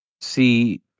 See